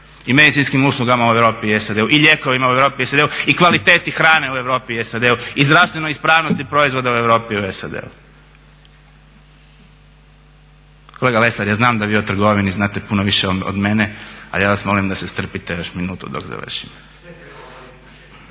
i medicinskim uslugama u Europi i SAD-u i lijekovima u Europi i SAD-u i kvaliteti hrane u Europi i SAD-u i zdravstvenoj ispravnosti u Europi i u SAD-u. Kolega Lesar, ja znam da vi o trgovini znate puno više od mene, a ja vas molim da se strpite još minutu dok završim.